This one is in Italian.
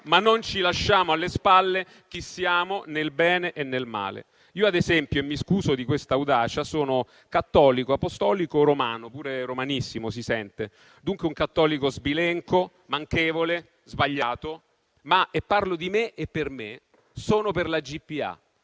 ma non ci lasciamo alle spalle chi siamo, nel bene e nel male. Io, ad esempio, e mi scuso di quest'audacia, sono cattolico, apostolico, romano, pure romanissimo (si sente), dunque un cattolico sbilenco, manchevole, sbagliato, ma - e parlo di me e per me - sono per la GPA.